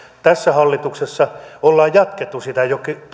tässä hallituksessa on jatkettu sitä